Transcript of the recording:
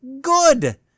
good